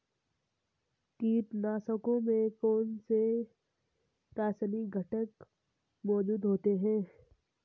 कीटनाशकों में कौनसे रासायनिक घटक मौजूद होते हैं?